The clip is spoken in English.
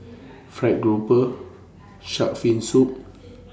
Fried Grouper Shark's Fin Soup